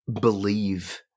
believe